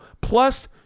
plus